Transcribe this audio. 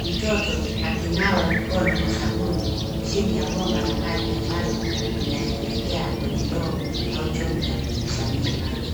Mtoto akinawa mikono Kwa sabuni chini ya bomba la maji ambayo linaelekea kwenye ndio au chombo cha kukusanyia maji.